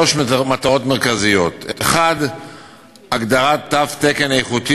שלוש מטרות מרכזיות: 1. הגדרת תו תקן איכותי